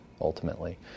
ultimately